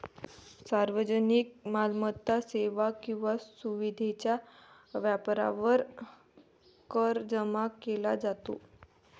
सार्वजनिक मालमत्ता, सेवा किंवा सुविधेच्या वापरावर कर जमा केला जातो